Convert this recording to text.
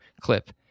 clip